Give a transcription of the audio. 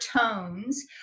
tones